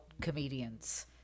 comedians